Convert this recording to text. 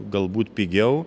galbūt pigiau